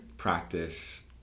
Practice